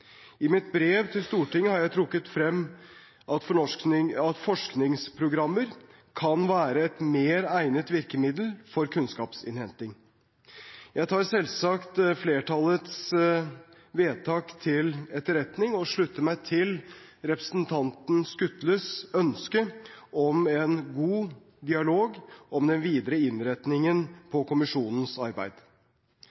I mitt brev til Stortinget har jeg trukket frem at forskningsprogrammer kan være et mer egnet virkemiddel for kunnskapsinnhenting. Jeg tar selvsagt flertallets vedtak til etterretning og slutter meg til representanten Skutles ønske om en god dialog om den videre innretningen